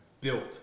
built